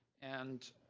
and